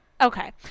Okay